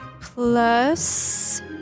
plus